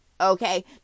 okay